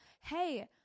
hey